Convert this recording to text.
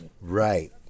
Right